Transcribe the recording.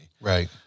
Right